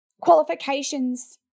qualifications